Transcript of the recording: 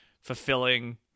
fulfilling